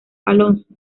alonso